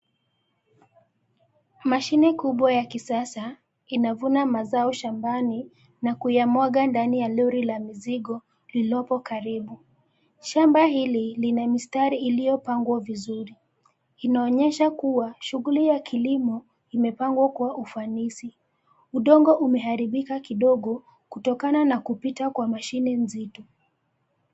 Mashine kubwa ya kisasa, inavuna mazao shambani, na kuyamwaga ndani ya lori ya mizigo, lililopo karibu, shamba hili lina mistari iliyopangwa vizuri, inaonyesha kuwa shughuli ya kilimo, imepangwa kwa ufanisi, udongo umeharibika kidogo, kutokana na kupita kwa mashine nzito.